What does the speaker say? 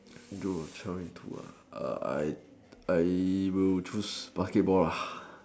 bro tell you the truth I I will choose basketball